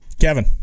Kevin